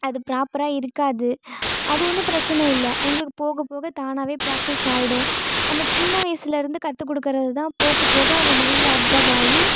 அது ப்ராப்பராக இருக்காது அது ஒன்றும் பிரச்சனை இல்லை அவங்களுக்கு போகப்போக தானாகவே ப்ராக்டிஸ் ஆகிடும் நம்ம சின்ன வயசிலருந்து கத்துக்கொடுக்குறது தான் போகப்போக அவங்க மைண்ட்ல அப்சர்வ் ஆகி